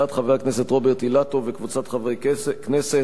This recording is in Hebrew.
הצעת חבר הכנסת רוברט אילטוב וקבוצת חברי הכנסת,